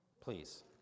please